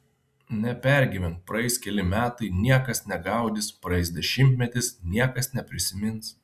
nepergyvenk praeis keli metai niekas negaudys praeis dešimtmetis niekas neprisimins